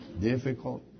Difficult